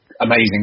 amazing